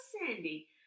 Sandy